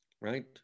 right